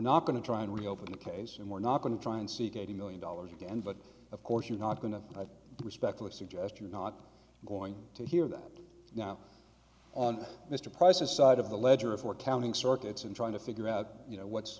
not going to try and reopen the case and we're not going to try and seek eighty million dollars again but of course you're not going to i respectfully suggest you're not going to hear that now mr price his side of the ledger if we're counting circuits and trying to figure out you know what's